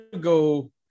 go